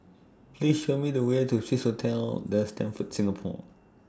Please Show Me The Way to Swissotel The Stamford Singapore